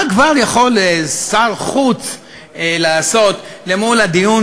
מה כבר יכול שר חוץ לעשות אל מול הדיון